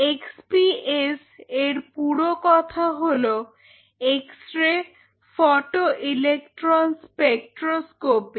x P S এর পুরো কথা হল এক্সরে ফটো ইলেকট্রন স্পেকট্রোস্কপি